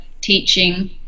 teaching